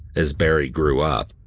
as barrie grew up,